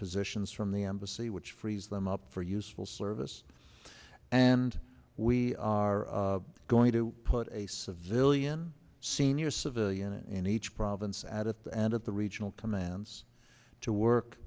positions from the embassy which frees them up for useful service and we are going to put a civilian senior civilian in each province at it and at the regional commands to work